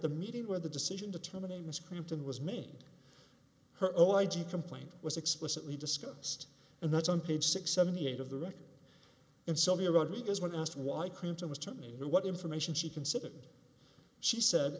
the meeting where the decision to terminate ms clinton was made her oh i do complaint was explicitly discussed and that's on page six seventy eight of the record and sylvia rodriguez when asked why clinton was terminated what information she considered she said